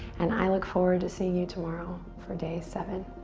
and i look forward to seeing you tomorrow for day seven.